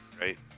right